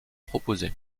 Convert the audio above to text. proposés